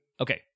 Okay